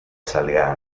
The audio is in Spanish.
salga